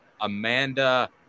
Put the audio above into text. Amanda